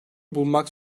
bulmak